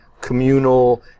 communal